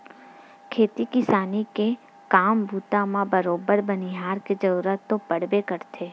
खेती किसानी के काम बूता म बरोबर बनिहार के जरुरत तो पड़बे करथे